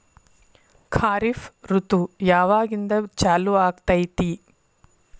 ಖಾರಿಫ್ ಋತು ಯಾವಾಗಿಂದ ಚಾಲು ಆಗ್ತೈತಿ?